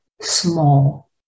small